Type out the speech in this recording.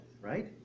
right